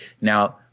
Now